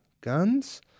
Guns